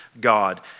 God